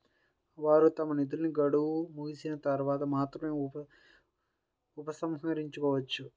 వారు తమ నిధులను గడువు ముగిసిన తర్వాత మాత్రమే ఉపసంహరించుకోవచ్చు